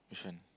which one